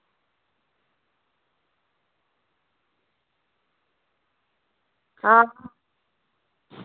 आं